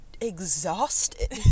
exhausted